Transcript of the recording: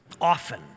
Often